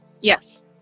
Yes